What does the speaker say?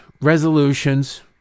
resolutions